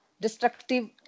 destructive